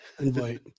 invite